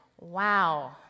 wow